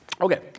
Okay